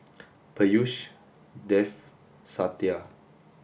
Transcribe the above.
Peyush Dev Satya